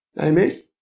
Amen